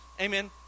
Amen